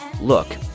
look